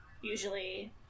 usually